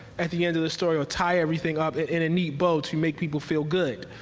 at the end of the story, or tie everything up in a neat bow to make people feel good.